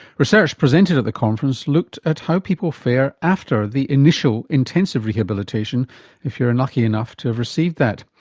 research presented at the conference looked at how people fare after the initial intensive rehabilitation if you're and lucky enough to have received that.